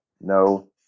no